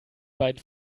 beiden